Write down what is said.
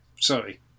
Sorry